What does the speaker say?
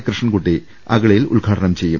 കൃഷ്ണൻ കുട്ടി അഗളിയിൽ ഉദ്ഘാടനം ചെയ്യും